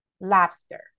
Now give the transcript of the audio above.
lobster